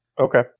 Okay